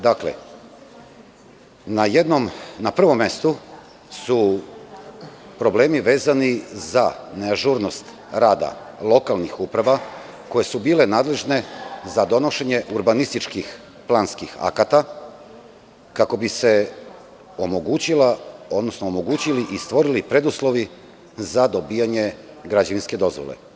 Na prvom mestu su problemi vezani za neažurnost rada lokalnih uprava, koje su bile nadležne za donošenje urbanističkih planskih akata, kako bi se omogućili i stvorili preduslovi za dobijanje građevinske dozvole.